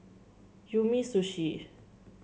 Umisushi